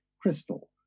crystal